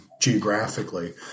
geographically